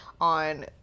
on